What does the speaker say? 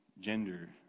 gender